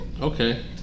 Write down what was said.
Okay